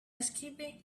escaping